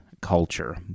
culture